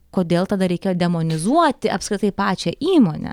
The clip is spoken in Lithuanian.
kodėl tada reikėjo demonizuoti apskritai pačią įmonę